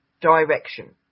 direction